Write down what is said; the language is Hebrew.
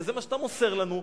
וזה מה שאתה מוסר לנו,